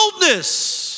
Boldness